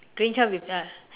green truck with ah